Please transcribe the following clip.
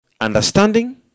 Understanding